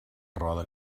roda